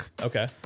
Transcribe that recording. Okay